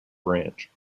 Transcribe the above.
branch